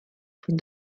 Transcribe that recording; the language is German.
von